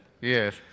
Yes